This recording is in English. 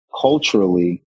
culturally